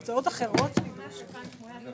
מדובר כאן בכסף שלנו,